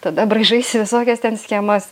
tada braižaisi visokias ten schemas